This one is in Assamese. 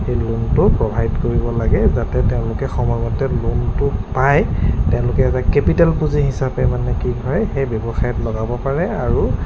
সেই লোনটো প্ৰভাইড কৰিব লাগে যাতে তেওঁলোকে সময়মতে লোনটো পায় তেওঁলোকে এটা কেপিটেল পুঁজি হিচাপে মানে কি হয় সেই ব্যৱসায়ত লগাব পাৰে আৰু